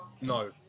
No